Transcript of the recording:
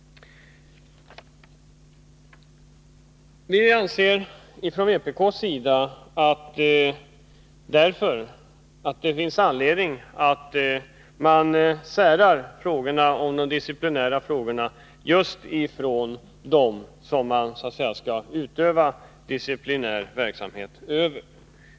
Vi från vpk anser att det finns anledning att ta bort disciplinära frågor från den kategori som man skall utöva disciplinär kontroll över.